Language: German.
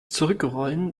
zurückrollen